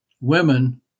women